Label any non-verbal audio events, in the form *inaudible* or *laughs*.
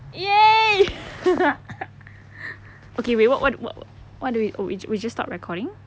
!yay! *laughs* *coughs* okay wait what what what do we oh we just stop recording